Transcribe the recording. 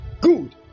Good